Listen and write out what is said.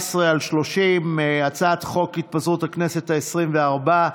פ/1730, הצעת חוק התפזרות הכנסת העשרים-וארבע,